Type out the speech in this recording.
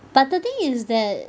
but the thing is that